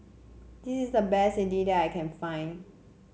this is the best idly that I can find